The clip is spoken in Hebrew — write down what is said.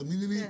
תאמיני לי,